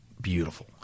beautiful